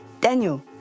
Daniel